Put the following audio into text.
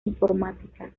informática